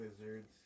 wizards